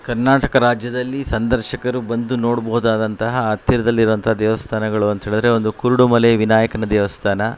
ಕರ್ನಾಟಕ ರಾಜ್ಯದಲ್ಲಿ ಸಂದರ್ಶಕರು ಬಂದು ನೋಡ್ಬೌದಾದಂತಹ ಹತ್ತಿರದಲ್ಲಿರುವಂಥ ದೇವಸ್ಥಾನಗಳು ಅಂತೇಳಿದ್ರೆ ಒಂದು ಕುರುಡು ಮಲೆ ವಿನಾಯಕನ ದೇವಸ್ಥಾನ